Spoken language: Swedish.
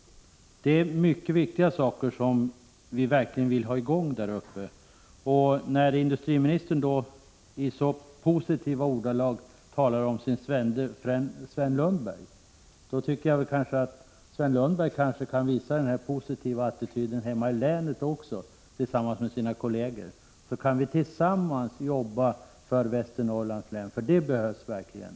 Det är mycket viktiga saker som vi verkligen vill ha i gång där uppe. När nu industriministern i så positiva ordalag talar om sin vän Sven Lundberg tycker jag att Sven Lundberg tillsammans med sina kolleger kunde visa denna positiva attityd hemma i länet. Då kunde vi tillsammans jobba för Västernorrlands län — det behövs verkligen.